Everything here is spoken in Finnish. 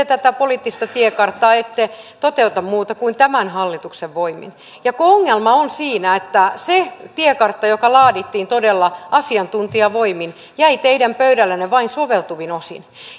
tätä poliittista tiekarttaa ette toteuta muuta kuin tämän hallituksen voimin ja kun ongelma on siinä että se tiekartta joka laadittiin todella asiantuntijavoimin jäi teidän pöydällenne vain soveltuvin osin